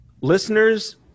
listeners